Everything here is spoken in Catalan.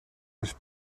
les